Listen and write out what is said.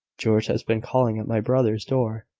george has been calling at my brother's door,